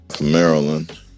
Maryland